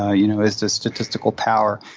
ah you know, is the statistical power.